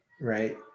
Right